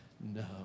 No